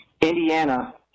Indiana